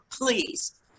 please